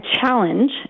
challenge